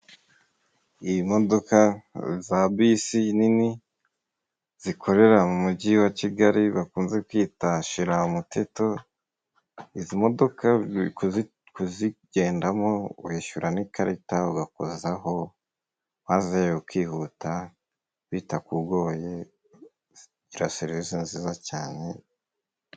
Iyi modoka za bisi nini, zikorera mu mujyi wa kigali bakunze kwita za shirumuteto, izi modoka kuzigendamo wishyura n'ikarita ugakozaho, maze ukihuta bitakugoye zigira serivisi nziza cyane.